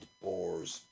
boar's